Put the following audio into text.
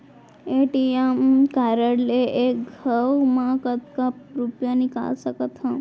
ATM card ले एक घव म कतका रुपिया निकाल सकथव?